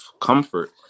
comfort